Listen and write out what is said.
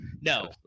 no